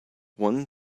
one